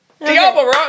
Diablo